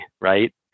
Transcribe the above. right